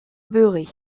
beurré